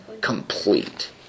complete